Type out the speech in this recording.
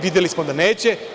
Videli smo da neće.